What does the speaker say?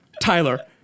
Tyler